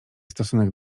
stosunek